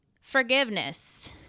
Forgiveness